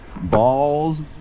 Balls